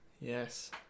Yes